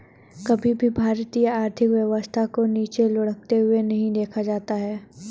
कभी भी भारतीय आर्थिक व्यवस्था को नीचे लुढ़कते हुए नहीं देखा जाता है